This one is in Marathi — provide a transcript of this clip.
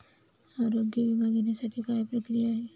आरोग्य विमा घेण्यासाठी काय प्रक्रिया आहे?